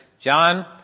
John